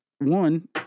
one